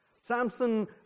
Samson